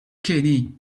kenny